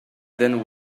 then